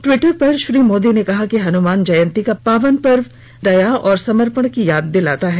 Twitter पर श्री मोदी ने कहा कि हनुमान जयंती का पावन अवसर बजरंग बली की दया और समर्पण की याद दिलाता है